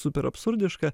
super absurdiška